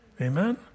Amen